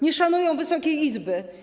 Nie szanują Wysokiej Izby.